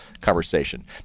conversation